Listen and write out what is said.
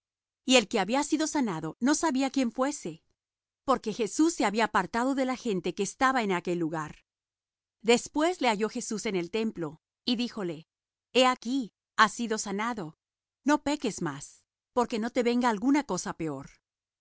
y el que había sido sanado no sabía quién fuese porque jesús se había apartado de la gente que estaba en aquel lugar después le halló jesús en el templo y díjole he aquí has sido sanado no peques más porque no te venga alguna cosa peor